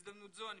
בהזדמנות זו אני